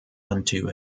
unto